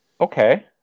Okay